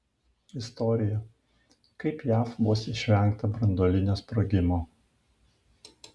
istorija kaip jav vos išvengta branduolinio sprogimo